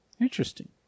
Interesting